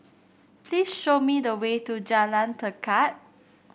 please show me the way to Jalan Tekad